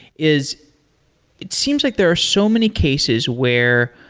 is it seems like there are so many cases where